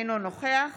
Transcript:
אינו נוכח